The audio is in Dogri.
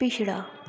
पिछड़ा